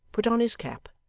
put on his cap,